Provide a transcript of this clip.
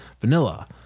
vanilla